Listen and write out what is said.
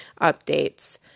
updates